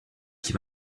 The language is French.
qui